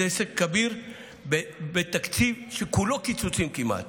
זה הישג כביר בתקציב שכמעט כולו קיצוצים.